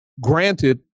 granted